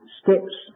steps